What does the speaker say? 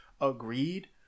Agreed